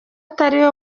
atariwe